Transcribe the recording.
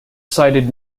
sighted